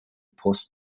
post